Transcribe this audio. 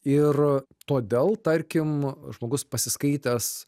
ir todėl tarkim žmogus pasiskaitęs